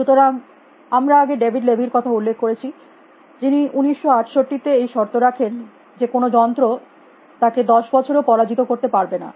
সুতরাং আমরা আগে ডেভিড লেভি র কথা উল্লেখ করেছি যিনি 1968 তে এই শর্ত রাখেন যে কোনো যন্ত্র এটিকে 10 বছরেও পরাজিত করতে পারবে না